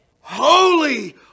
holy